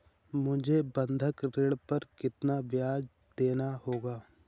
मुझे बंधक ऋण पर कितना ब्याज़ देना होगा?